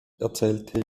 erzählte